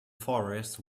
forest